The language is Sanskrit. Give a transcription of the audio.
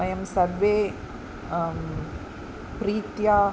वयं सर्वे प्रीत्या